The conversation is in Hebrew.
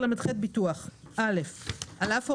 אדוני היושב-ראש,